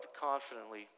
confidently